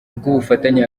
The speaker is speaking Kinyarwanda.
rw’ubufatanye